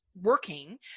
working